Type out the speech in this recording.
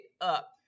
up